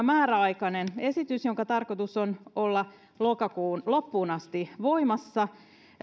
määräaikainen esitys jonka on tarkoitus olla lokakuun loppuun asti voimassa